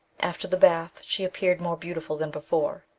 after the bath she appeared more beautiful than before.